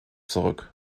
zurück